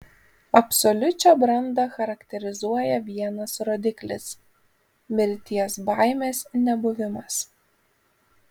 absoliučią brandą charakterizuoja vienas rodiklis mirties baimės nebuvimas